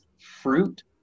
fruit